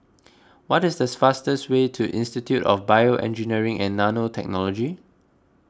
what is the fastest way to Institute of BioEngineering and Nanotechnology